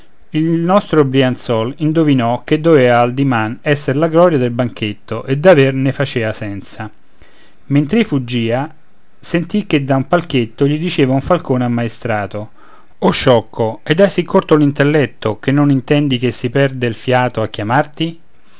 il nostro brianzol indovinò che doveva al diman esser la gloria del banchetto e davver ne facea senza mentr'ei fuggia sentì che da un palchetto gli diceva un falcone ammaestrato o sciocco ed hai sì corto l'intelletto che non intendi che si perde il fiato a chiamarti